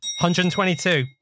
122